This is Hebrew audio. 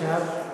ישב,